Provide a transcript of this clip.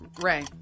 Ray